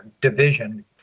division